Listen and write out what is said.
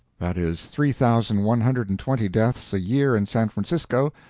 that is three thousand one hundred and twenty deaths a year in san francisco,